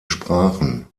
sprachen